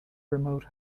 remote